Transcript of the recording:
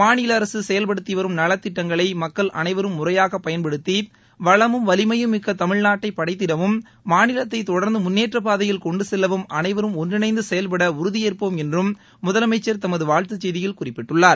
மாநில அரசு செயல்படுத்தி வரும் நலத்திட்டங்களை மக்கள் அனைவரும் முறையாக பயன்படுத்தி வளமும் வலிமையும் மிக்க தமிழ்நாட்டை படைத்திடவும் மாநிலத்தை தொடர்ந்து முன்னேற்றப் பாதையில் கொண்டு செல்லவும் அனைவரும் ஒன்றிணைந்து செயல்பட உறுதியேற்போம் என்றும் முதலமைச்சர் தமது வாழ்த்துச் செய்தியில் குறிப்பிட்டுள்ளார்